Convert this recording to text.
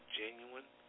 genuine